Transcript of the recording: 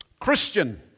Christian